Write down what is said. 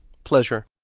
pleasure.